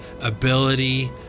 ability